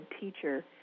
teacher